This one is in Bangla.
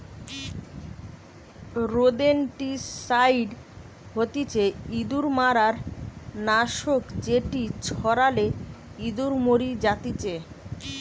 রোদেনটিসাইড হতিছে ইঁদুর মারার নাশক যেটি ছড়ালে ইঁদুর মরি জাতিচে